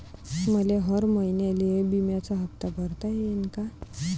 मले हर महिन्याले बिम्याचा हप्ता भरता येईन का?